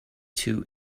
two